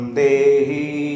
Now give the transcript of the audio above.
dehi